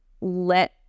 let